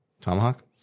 Tomahawk